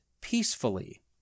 peacefully